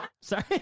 Sorry